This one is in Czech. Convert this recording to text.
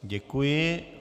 Děkuji.